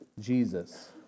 Jesus